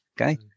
Okay